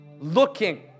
Looking